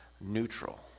neutral